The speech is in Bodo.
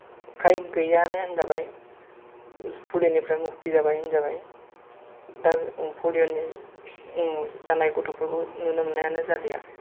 फ्राय गैयानो होनजाबाय पलिअनिफ्राय मुक्ति जाबाय होनजाबाय दा पलिअनि जानाय गथ'फोरखौ नुनो मोन्नायानो जादिया